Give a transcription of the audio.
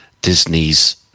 Disney's